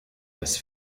dass